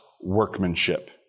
workmanship